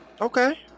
Okay